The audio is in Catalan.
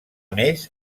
més